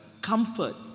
comfort